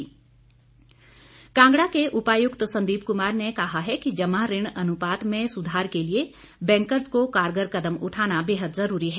उपायुक्त संदीप कांगड़ा के उपायुक्त संदीप कुमार ने कहा है कि जमा ऋण अनुपात में सुधार के लिए बैंकर्ज़ को कारगर कदम उठाना बेहद ज़रूरी है